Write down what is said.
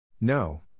No